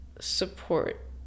support